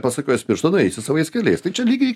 pasukiojęs pirštą nueisi savais keliais tai čia lygiai